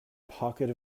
pocket